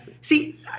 See